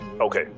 okay